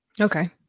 Okay